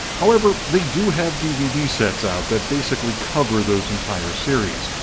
however they do have dvd sets out that basically cover those entire series.